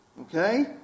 Okay